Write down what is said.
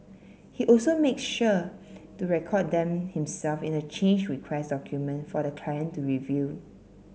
he also makes sure to record them himself in a change request document for the client to review